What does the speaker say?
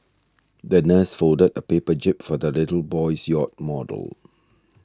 the nurse folded a paper jib for the little boy's yacht model